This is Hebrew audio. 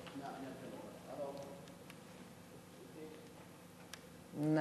ההצעה להעביר את הנושא לוועדת הפנים והגנת הסביבה נתקבלה.